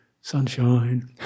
sunshine